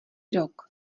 rok